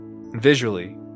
visually